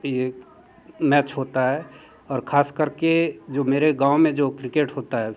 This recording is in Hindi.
ये एक मैच होता है और ख़ास कर के जो मेरे गाँव में जो क्रिकेट होता है